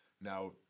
now